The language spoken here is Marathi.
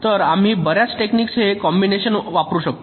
तर आम्ही बर्याच टेक्निकस चे कॉम्बिनेशन वापरू शकतो